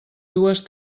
dues